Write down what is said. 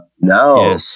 no